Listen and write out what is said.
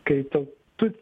kai tu tu